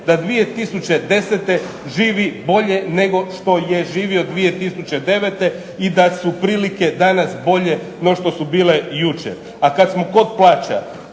da 2010. živi bolje nego što je živio 2009. i da su prilike danas bolje no što su bile jučer. A kad smo kod plaća,